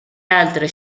altre